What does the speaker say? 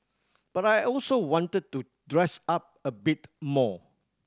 but I also wanted to dress up a bit more